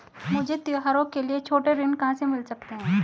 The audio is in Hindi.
मुझे त्योहारों के लिए छोटे ऋण कहां से मिल सकते हैं?